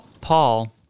Paul